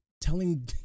telling